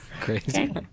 Crazy